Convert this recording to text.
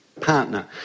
partner